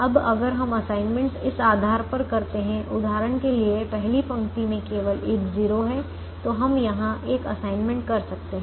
अब अगर हम असाइनमेंट्स इस आधार पर करते हैं उदाहरण के लिए पहली पंक्ति में केवल एक 0 है तो हम यहां एक असाइनमेंट कर सकते हैं